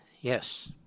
Yes